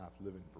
living